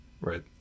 right